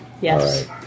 Yes